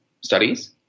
studies